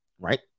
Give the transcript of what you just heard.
right